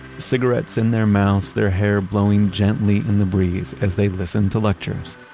cigarettes in their mouths, their hair blowing gently in the breeze as they listened to lectures.